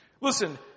Listen